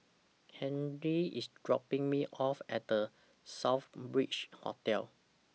Henry IS dropping Me off At The Southbridge Hotel